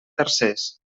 tercers